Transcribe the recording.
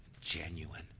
genuine